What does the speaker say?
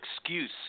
excuse